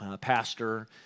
pastor